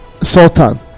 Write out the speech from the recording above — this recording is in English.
sultan